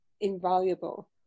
invaluable